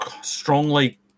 strongly